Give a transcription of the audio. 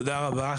תודה רבה,